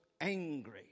angry